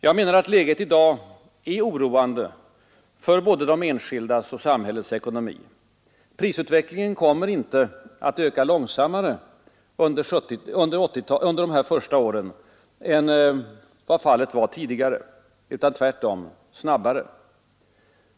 Jag menar att läget i dag är oroande för både de enskildas och samhällets ekonomi. Priserna kommer inte att öka långsammare under de närmaste åren än vad fallet varit tidigare utan tvärtom snabbare.